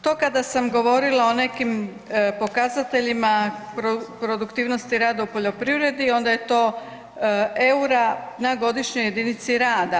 To kada sam govorila o nekim pokazateljima produktivnosti rada u poljoprivredi onda je to EUR-a na godišnjoj jedinici rada.